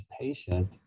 patient